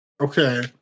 Okay